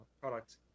product